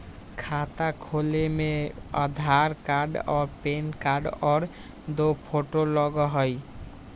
खाता खोले में आधार कार्ड और पेन कार्ड और दो फोटो लगहई?